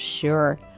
sure